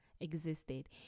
existed